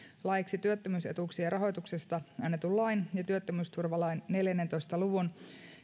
laeiksi työttömyysetuuksien rahoituksesta annetun lain ja työttömyysturvalain neljäntoista luvun